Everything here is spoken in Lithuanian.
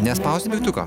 nespausi mygtuko